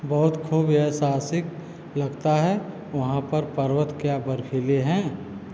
बहुत खूब यह साहसिक लगता है वहाँ पर पर्वत क्या बर्फीले हैं